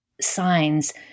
signs